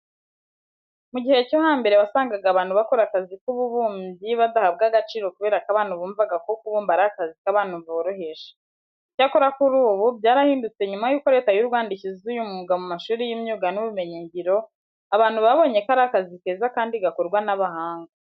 Mu gihe cyo hambere wasangaga abantu bakora akazi k'ububumbyi badahabwa agaciro kubera ko abantu bumvaga ko kubumba ari akazi k'abantu boroheje. Icyakora kuri ubu byarahindutse nyuma yuko Leta y'u Rwanda ishyize uyu mwuga mu mashuri y'imyuga n'ubumenyingiro, abantu babonyeko ari akazi keza kandi gakorwa n'abahanga.